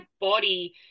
body